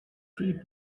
three